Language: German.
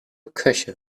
köche